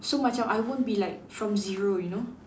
so macam I won't be like from zero you know